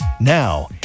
Now